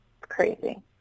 Crazy